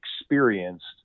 experienced